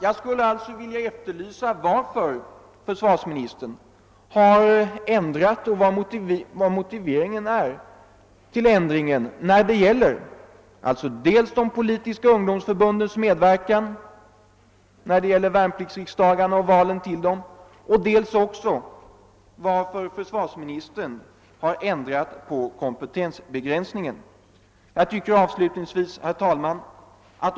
Jag skulle alltså vilja efterlysa försvarsministerns motivering dels för ändringen när det gäller de politiska ungdomsförbundens medverkan vid värnpliktsriksdagarna och valen till dessa, dels för ändringen av kompetensbegränsningen.